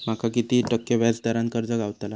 माका किती टक्के व्याज दरान कर्ज गावतला?